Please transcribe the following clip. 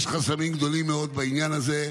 יש חסמים גדולים מאוד בעניין הזה,